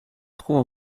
trouve